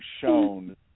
shown